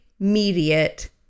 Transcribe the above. immediate